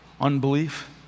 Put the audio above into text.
unbelief